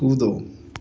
कूदो